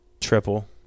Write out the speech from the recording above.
triple